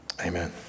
Amen